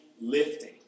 lifting